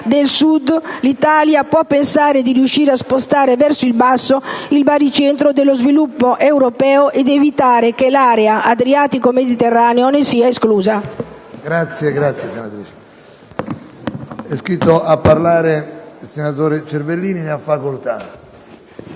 del Sud, l'Italia può pensare di riuscire a spostare verso il basso il baricentro dello sviluppo europeo ed evitare che l'area Adriatico-Mediterraneo ne sia esclusa.